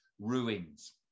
ruins